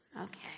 Okay